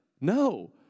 No